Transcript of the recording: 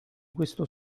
questo